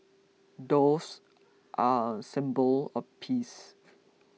doves are a symbol of peace